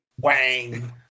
Wang